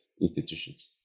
institutions